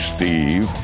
Steve